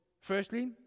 firstly